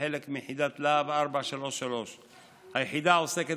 כחלק מיחידת להב 433. היחידה עוסקת